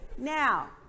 Now